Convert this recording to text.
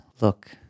look